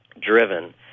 driven